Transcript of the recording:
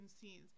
scenes